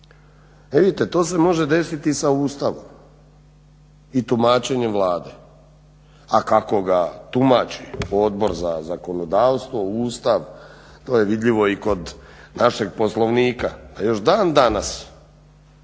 E vidite to se može desiti sa Ustavom i tumačenjem Vlade, a kako ga tumači Odbor za zakonodavstvo, Ustav to je vidljivo i kod našeg Poslovnika. A još dan danas